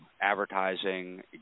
advertising